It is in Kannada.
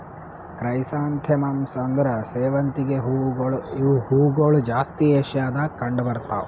ಕ್ರೈಸಾಂಥೆಮಮ್ಸ್ ಅಂದುರ್ ಸೇವಂತಿಗೆ ಹೂವುಗೊಳ್ ಇವು ಹೂಗೊಳ್ ಜಾಸ್ತಿ ಏಷ್ಯಾದಾಗ್ ಕಂಡ್ ಬರ್ತಾವ್